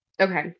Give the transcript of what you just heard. Okay